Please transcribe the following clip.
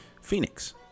Phoenix